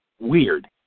weird